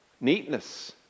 neatness